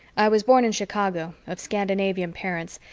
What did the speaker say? i was born in chicago, of scandinavian parents,